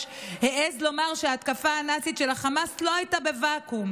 העז לומר שההתקפה הנאצית של החמאס לא הייתה בוואקום,